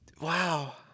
Wow